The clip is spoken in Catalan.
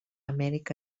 amèrica